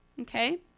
okay